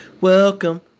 Welcome